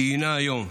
ציינה היום,